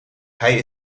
hij